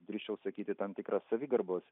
drįsčiau sakyti tam tikrą savigarbos